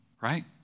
Right